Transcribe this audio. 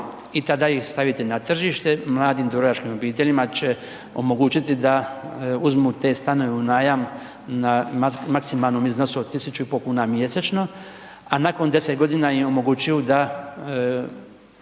i tada ih staviti na tržište, mladim …/Govornik se ne razumije./… obiteljima će omogućiti da uzmu te stanove u najam u maksimalnom iznosu od 1500 kn mjesečno. A nakon 10 g. im omogućuju da